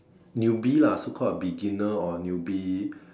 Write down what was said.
newbie lah so called beginner or newbie